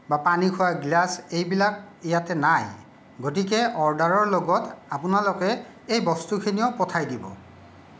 বা পানীখোৱা গিলাছ এইবিলাক নাই গতিকে অৰ্ডাৰৰ লগত আপোনালোকে এই বস্তুখিনিও পঠাই দিব